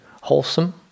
wholesome